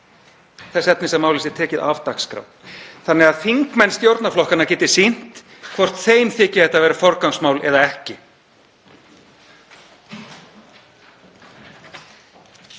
þess efnis að málið sé tekið af dagskrá þannig að þingmenn stjórnarflokkanna geti sýnt hvort þeim þyki þetta vera forgangsmál eða ekki.